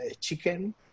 chicken